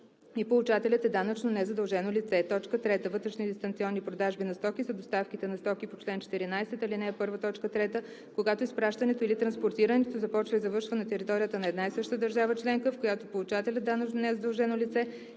и получателят е данъчно незадължено лице; 3. вътрешни дистанционни продажби на стоки са доставките на стоки по чл. 14, ал. 1, т. 3, когато изпращането или транспортирането започва и завършва на територията на една и съща държава членка, в която получателят – данъчно незадължено лице,